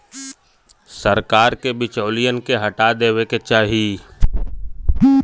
सरकार के बिचौलियन के हटा देवे क चाही